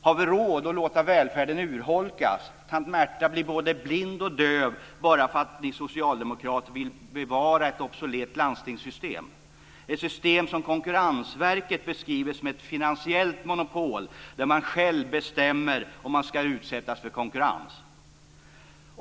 Har vi råd att låta välfärden urholkas och att låta tant Märta bli både blind och döv bara för att ni socialdemokrater vill bevara ett obsolet landstingssystem? Det är ett system som Konkurrensverket beskriver som ett finansiellt monopol där man själv bestämmer om man ska utsättas för konkurrens.